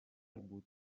بود